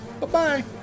Bye-bye